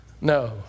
No